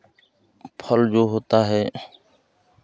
फल जो होता है